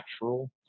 natural